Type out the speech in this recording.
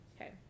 Okay